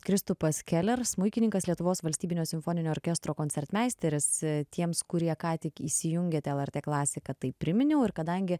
kristupas keler smuikininkas lietuvos valstybinio simfoninio orkestro koncertmeisteris tiems kurie ką tik įsijungėt lrt klasiką tai priminiau ir kadangi